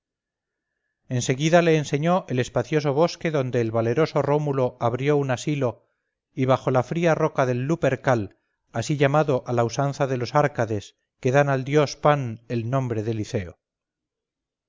en seguida le enseñó el espacioso bosque donde el valeroso rómulo abrió un asilo y bajo la fría roca el lupercal así llamado a la usanza de los árcades que dan al dios pan el nombre de liceo